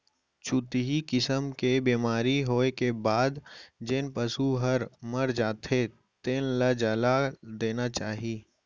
छुतही किसम के बेमारी होए के बाद जेन पसू ह मर जाथे तेन ल जला देना चाही